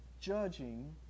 judging